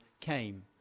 came